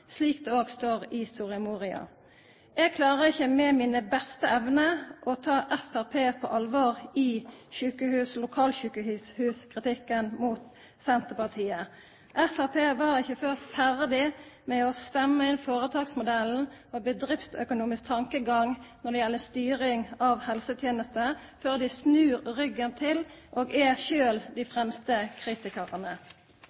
slik det òg står i Soria Moria-erklæringa. Eg klarer ikkje med mine beste evner å ta Framstegspartiet på alvor i lokalsjukehuskritikken mot Senterpartiet. Framstegspartiet var ikkje før ferdig med å stemma inn føretaksmodellen med bedriftsøkonomisk tankegang når det gjeld styring av helsetenester, før dei snur ryggen til og sjølve er dei